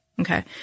Okay